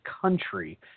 country